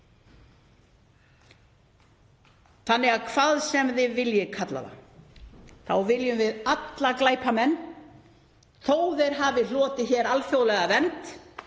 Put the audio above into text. Þannig að hvað sem þið viljið kalla það þá viljum við að öllum glæpamönnum, þó að þeir hafi hlotið alþjóðlega vernd,